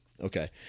Okay